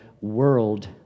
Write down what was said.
world